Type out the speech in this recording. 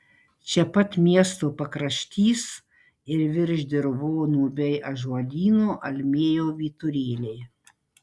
čia pat miesto pakraštys ir virš dirvonų bei ąžuolyno almėjo vyturėliai